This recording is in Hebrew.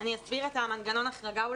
אני אסביר את מנגנון ההחרגה.